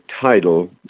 title